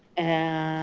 and